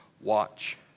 Watch